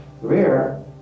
rare